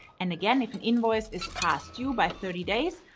and again, if an invoice is past due by thirty days,